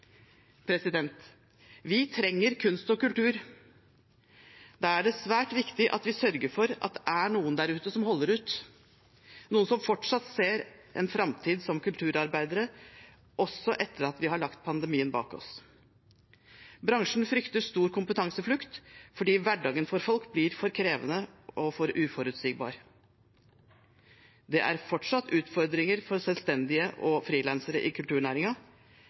Vi trenger kunst og kultur. Da er det svært viktig at vi sørger for at det er noen der ute som holder ut, noen som fortsatt ser en framtid som kulturarbeidere, også etter at vi har lagt pandemien bak oss. Bransjen frykter stor kompetanseflukt fordi hverdagen for folk blir for krevende og for uforutsigbar. Det er fortsatt utfordringer for selvstendige og frilansere i